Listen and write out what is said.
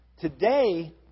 Today